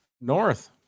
North